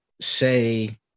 say